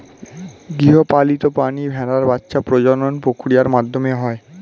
গৃহপালিত প্রাণী ভেড়ার বাচ্ছা প্রজনন প্রক্রিয়ার মাধ্যমে হয়